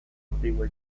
antigua